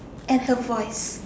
and her voice